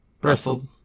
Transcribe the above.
Bristled